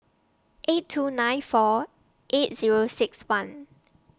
eight two nine four eight Zero six one